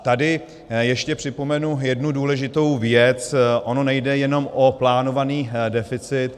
Tady ještě připomenu jednu důležitou věc ono nejde jenom o plánovaný deficit.